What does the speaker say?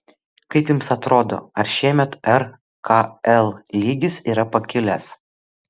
kaip jums atrodo ar šiemet rkl lygis yra pakilęs